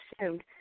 assumed